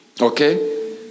okay